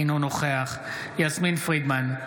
אינו נוכח יסמין פרידמן,